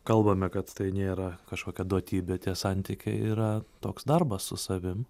kalbame kad tai nėra kažkokia duotybė tie santykiai yra toks darbas su savim